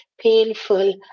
painful